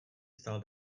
stál